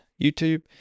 YouTube